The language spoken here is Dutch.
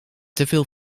teveel